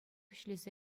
ӗҫлесе